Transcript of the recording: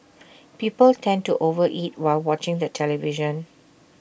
people tend to over eat while watching the television